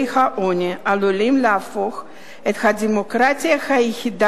העוני עלולות להפוך את הדמוקרטיה היחידה